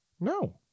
No